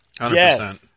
Yes